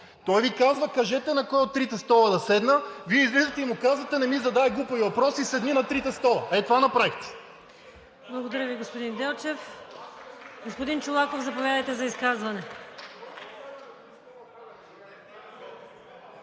той Ви казва: кажете на кой от трите стола да седна. Вие излизате и му казвате: не ми задавай глупави въпроси, седни на трите стола! Ето това направихте!